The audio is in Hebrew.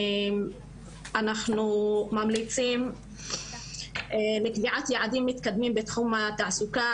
אנחנו ממליצים בקביעת יעדים מתקדמים בתחום התעסוקה,